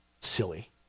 silly